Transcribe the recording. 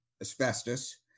asbestos